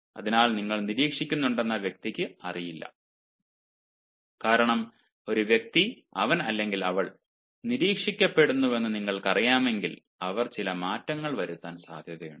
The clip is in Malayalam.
അതിനാൽ നിങ്ങൾ നിരീക്ഷിക്കുന്നുണ്ടെന്ന് ആ വ്യക്തിക്ക് അറിയില്ല കാരണം ഒരു വ്യക്തി അവൻ അല്ലെങ്കിൽ അവൾ നിരീക്ഷിക്കപ്പെടുന്നുവെന്ന് നിങ്ങൾക്കറിയാമെങ്കിൽ അവർ ചില മാറ്റങ്ങൾ വരുത്താൻ സാധ്യതയുണ്ട്